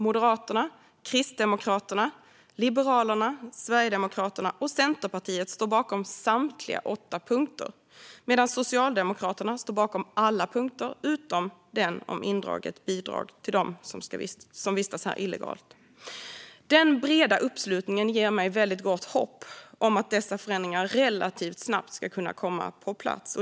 Moderaterna, Kristdemokraterna, Liberalerna, Sverigedemokraterna och Centerpartiet står bakom samtliga åtta punkter, medan Socialdemokraterna står bakom alla punkter utom den om indraget bidrag till dem som vistas här illegalt. Den breda uppslutningen ger mig väldigt gott hopp om att dessa förändringar relativt snabbt ska kunna komma på plats.